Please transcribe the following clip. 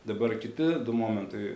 dabar kiti du momentai